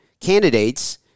candidates